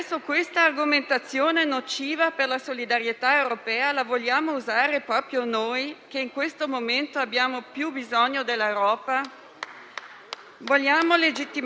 Vogliamo legittimare il veto di Polonia e Ungheria sul *recovery fund,* ponendo anche noi un veto in un altro campo?